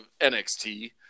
NXT